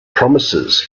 promises